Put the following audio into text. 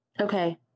Okay